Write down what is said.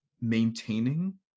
maintaining